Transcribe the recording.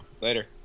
later